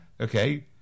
Okay